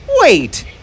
Wait